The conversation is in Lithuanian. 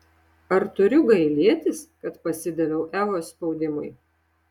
ar turiu gailėtis kad pasidaviau evos spaudimui